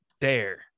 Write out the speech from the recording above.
dare